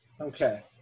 Okay